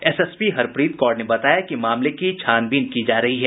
SSP Harpreet Kaur ने बताया कि मामले की छानबीन की जा रही है